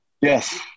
Yes